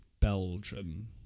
Belgium